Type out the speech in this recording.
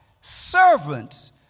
Servants